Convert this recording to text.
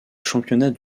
championnat